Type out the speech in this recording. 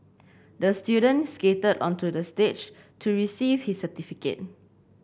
the student skated onto the stage to receive his certificate